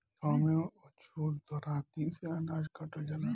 गाँव में अजुओ दराँती से अनाज काटल जाला